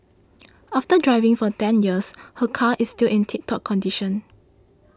after driving for ten years her car is still in tip top condition